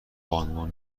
بانوان